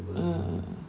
mm